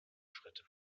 schritte